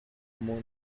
moon